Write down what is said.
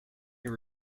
your